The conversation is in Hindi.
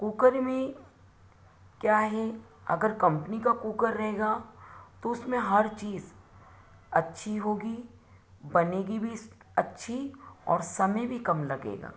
कुकर में क्या ही अगर कंपनी का कुकर रहेगा तो उसमें हर चीज़ अच्छी होगी बनेगी भी उस अच्छी और समय भी कम लगेगा